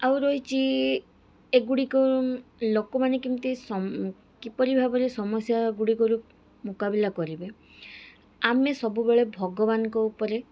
ଆଉ ରହିଛି ଏଗୁଡ଼ିକ ଲୋକମାନେ କେମିତି କିପରି ଭାବରେ ସମସ୍ୟା ଗୁଡ଼ିକରୁ ମୁକାବିଲା କରିବେ ଆମେ ସବୁବେଳେ ଭଗବାନଙ୍କ ଉପରେ